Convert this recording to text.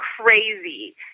crazy